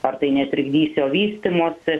ar tai netrikdys jo vystymosi